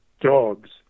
dogs